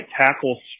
tackle